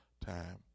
time